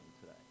today